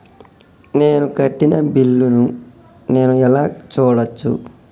నేను కట్టిన బిల్లు ను నేను ఎలా చూడచ్చు?